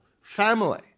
family